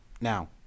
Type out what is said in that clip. now